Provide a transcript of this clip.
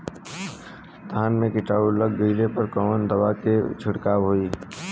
धान में कीटाणु लग गईले पर कवने दवा क छिड़काव होई?